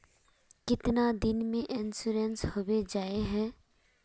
कीतना दिन में इंश्योरेंस होबे जाए है?